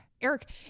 Eric